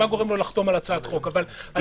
מה גורם לו לחתום על הצעת חוק אבל -- מה